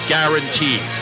Guaranteed